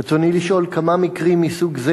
רצוני לשאול: 1. כמה מקרים מסוג זה